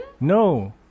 No